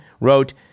wrote